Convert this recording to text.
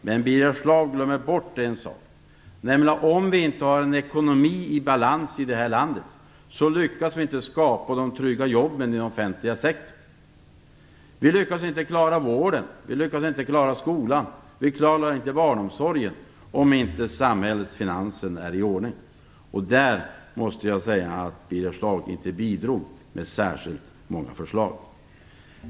Men Birger Schlaug glömmer bort att om vi inte har en ekonomi i balans kan vi inte skapa de trygga jobben inom den offentliga sektorn. Vi kan inte klara vården, skolan eller barnomsorgen om inte samhällets finanser är i ordning. Där bidrog inte Birger Schlaug med särskilt många förslag.